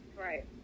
right